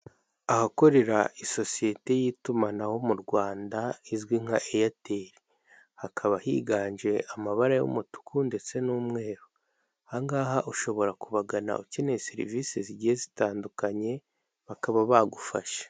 Ahakorera isosiyete y'itumanaho mu Rwanda izwi nka eyateli hakaba higanje amabara y'umutuku, ndetse n'umweru. Ahangaha ushobora kubagana ukeneye serivisi zigiye zitandukanye bakaba bagufashe.